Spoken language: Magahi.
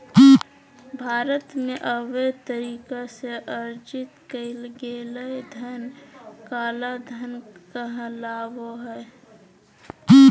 भारत में, अवैध तरीका से अर्जित कइल गेलय धन काला धन कहलाबो हइ